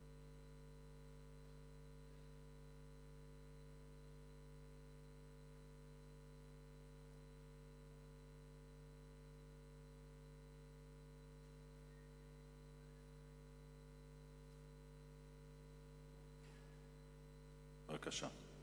בבקשה.